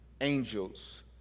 angels